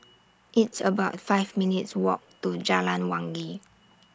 It's about five minutes' Walk to Jalan Wangi